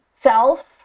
self